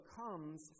comes